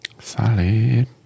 Solid